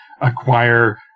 acquire